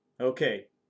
Okay